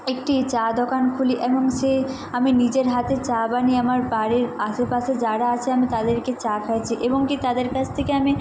একটি চা দোকান খুলি এবং সে আমি নিজের হাতে চা বানিয়ে আমার বাড়ির আশেপাশে যারা আছে আমি তাদেরকে চা খাইয়েছি এবং কি তাদের কাছ থেকে আমি